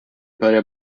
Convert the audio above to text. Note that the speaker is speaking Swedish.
börjar